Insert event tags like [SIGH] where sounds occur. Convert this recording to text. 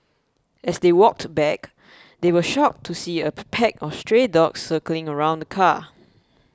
as they walked back they were shocked to see a [HESITATION] pack of stray dogs circling around the car